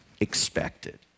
expected